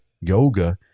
yoga